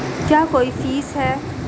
क्या कोई फीस है?